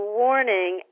warning